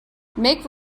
make